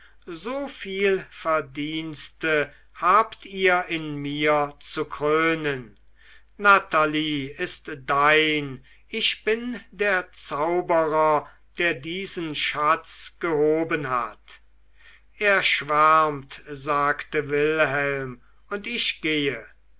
so viel verdienste habt ihr in mir zu krönen natalie ist dein ich bin der zauberer der diesen schatz gehoben hat er schwärmt sagte wilhelm und ich gehe